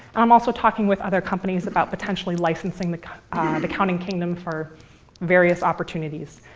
i'm also talking with other companies about potentially licensing the the counting kingdom for various opportunities.